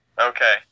Okay